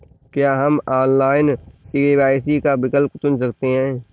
क्या हम online KYC का विकल्प चुन सकते हैं?